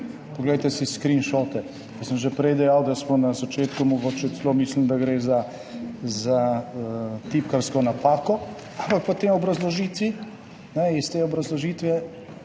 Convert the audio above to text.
Poglejte si screenshote. Jaz sem že prej dejal, da smo na začetku mogoče celo mislili, da gre za tipkarsko napako, ampak po tej obrazložitvi, iz te obrazložitve,